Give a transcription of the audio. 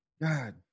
God